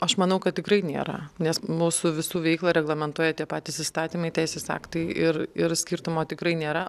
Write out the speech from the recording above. aš manau kad tikrai nėra nes mūsų visų veiklą reglamentuoja tie patys įstatymai teisės aktai ir ir skirtumo tikrai nėra